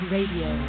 Radio